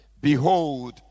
Behold